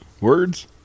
Words